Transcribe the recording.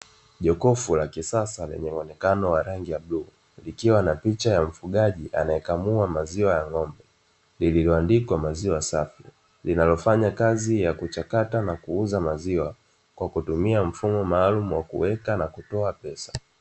Jokofu la kisasa lenye muonekano wa rangi ya buluu, likiwa na picha ya mfugaji anayekamua maziwa ya ng'ombe, lililoandikwa maziwa safi linalofanya kazi ya kuchakata na kuuza maziwa kwa kutumia mfano maalumu wa kuweka na kutoa pesa.